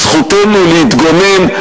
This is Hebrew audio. זכותנו להתגונן.